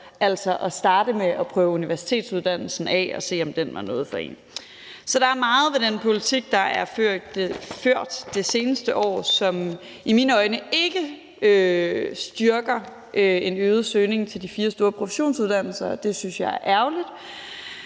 altså at starte med at prøve universitetsuddannelsen af og se, om den var noget for en. Så der er meget ved den politik, der er blevet ført i det seneste år, som i mine øjne ikke styrker en øget søgning til de fire store professionsuddannelser, og det synes jeg er ærgerligt.